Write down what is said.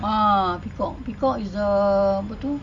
ah peacock peacock is the apa tu